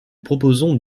proposons